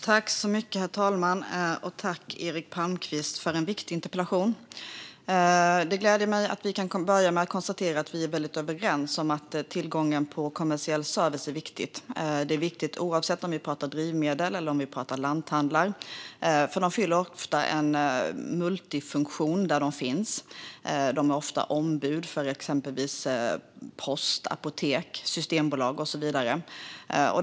Herr talman! Tack, Eric Palmqvist, för en viktig interpellation! Det gläder mig att vi kan börja med att konstatera att vi är överens om att det är viktigt med tillgång till kommersiell service. Det är viktigt oavsett om vi pratar drivmedelsstationer eller lanthandlar, för de fyller ofta en multifunktion där de finns. De är ofta ombud för exempelvis post, apotek, Systembolaget och så vidare.